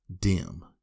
Dim